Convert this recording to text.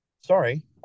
Sorry